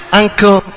uncle